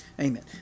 Amen